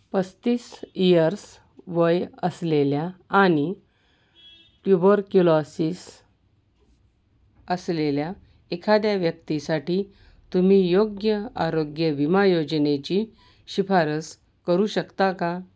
पस्तीस इयर्स वय असलेल्या आणि ट्युबोर्क्युलॉसिस असलेल्या एखाद्या व्यक्तीसाठी तुम्ही योग्य आरोग्य विमा योजनेची शिफारस करू शकता का